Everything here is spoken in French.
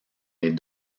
les